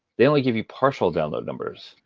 they only give you partial download numbers.